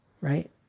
Right